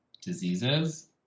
diseases